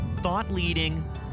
Thought-leading